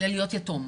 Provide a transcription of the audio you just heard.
להיות יתום.